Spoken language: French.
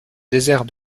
désert